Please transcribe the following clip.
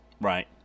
Right